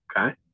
Okay